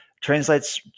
translates